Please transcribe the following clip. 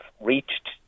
reached